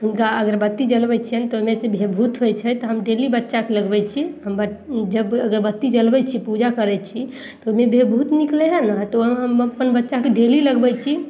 हुनका अगरबत्ती जलबय छियनि तऽ ओइमेसँ बभूत होइ छै तऽ हम डेली बच्चाके लगबय छी हमर जब अगरबत्ती जलबय छी पूजा करय छी तऽ ओइमे बभूत निकलइ हइ ने तऽ ओ हम अपना बच्चाके डेली लगबय छी